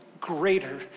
greater